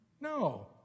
No